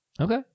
Okay